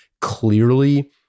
clearly